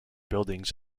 buildings